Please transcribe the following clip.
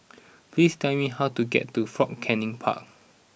please tell me how to get to Fort Canning Park